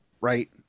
right